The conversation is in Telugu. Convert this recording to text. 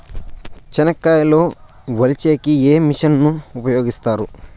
చెనక్కాయలు వలచే కి ఏ మిషన్ ను ఉపయోగిస్తారు?